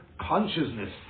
consciousness